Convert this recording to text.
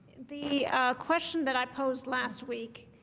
the question that i posed last week,